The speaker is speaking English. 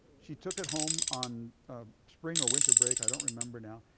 she took it home on spring or winter break, i don't remember now,